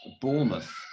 Bournemouth